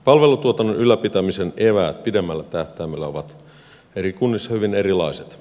palvelutuotannon ylläpitämisen eväät pidemmällä tähtäimellä ovat eri kunnissa hyvin erilaiset